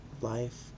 life